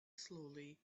slowly